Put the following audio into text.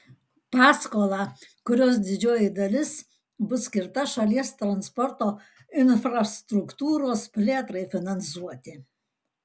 paskolą kurios didžioji dalis bus skirta šalies transporto infrastruktūros plėtrai finansuoti